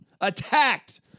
Attacked